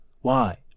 Why